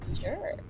Sure